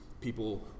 people